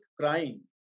crying